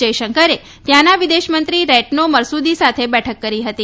જયશંકરે ત્યાંના વિદેશમંત્રી રેટને મરસુદી સાથે બેઠક કરી હતી